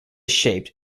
shaped